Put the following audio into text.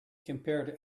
compared